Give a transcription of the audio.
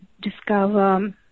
discover